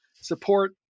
support